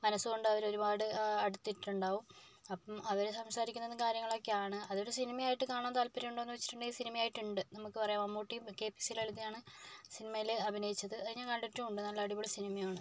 മനസ്സുകൊണ്ട് അവര് ഒരുപാട് അടുത്തിട്ടുണ്ടാവും അപ്പം അവർ സംസാരിക്കുന്നതും കാര്യങ്ങളും ഒക്കെയാണ് അതൊരു സിനിമയായിട്ട് കാണാൻ താല്പര്യം ഉണ്ടോന്ന് ചോദിച്ചിട്ടുണ്ടെങ്കിൽ സിനിമയായിട്ട് ഉണ്ട് നമുക്കറിയാം മമ്മൂട്ടിയും കെ പി എ സി ലളിതയുമാണ് സിനിമയില് അഭിനയിച്ചത് അത് ഞാൻ കണ്ടിട്ടും ഉണ്ട് നല്ല അടിപൊളി സിനിമയുമാണ്